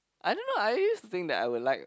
I don't know I used to think that I would like